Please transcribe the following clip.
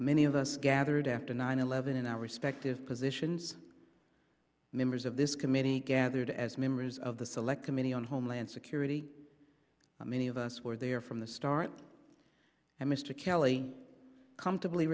many of us gathered after nine eleven in our respective positions members of this committee gathered as members of the select committee on homeland security many of us were there from the start and mr kelly comfortably